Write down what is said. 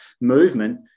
movement